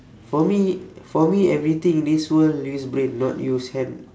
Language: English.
for me for me everything in this world use brain not use hand